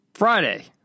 Friday